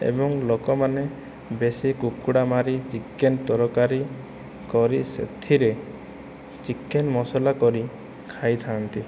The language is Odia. ଏବଂ ଲୋକମାନେ ବେଶି କୁକୁଡ଼ା ମାରି ଚିକେନ ତରକାରୀ କରି ସେଥିରେ ଚିକେନ ମସଲା କରି ଖାଇଥାନ୍ତି